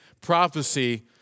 prophecy